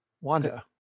Wanda